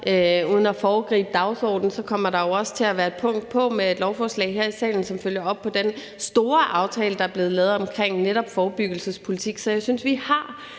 uden at foregribe dagsordenen, kommer der jo også til at være et punkt på med et lovforslag her i salen, som følger op på den store aftale, der er blevet lavet omkring netop forebyggelsespolitik. Så jeg synes, vi også